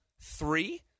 three